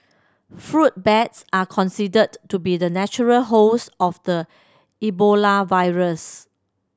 fruit bats are considered to be the natural host of the Ebola virus